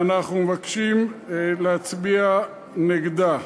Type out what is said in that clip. ואנחנו מבקשים להצביע נגדה.